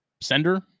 sender